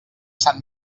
sant